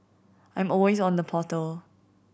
I'm always on the portal